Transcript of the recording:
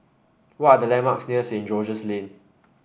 what are the landmarks near St George's Lane